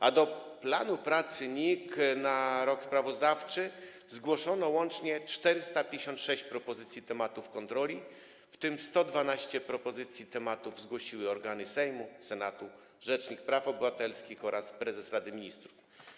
A do planu pracy NIK na rok sprawozdawczy zgłoszono łącznie 456 propozycji tematów kontroli, w tym 112 propozycji tematów zgłosiły organy Sejmu, Senatu, rzecznik praw obywatelskich oraz prezes Rady Ministrów.